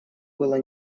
было